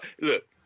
look